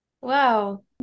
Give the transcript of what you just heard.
Wow